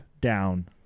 down